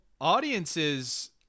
Audiences –